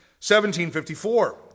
1754